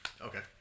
Okay